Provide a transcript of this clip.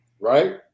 right